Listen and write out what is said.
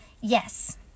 Yes